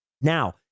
Now